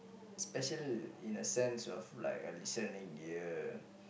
special in a sense of like a listening ear